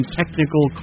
technical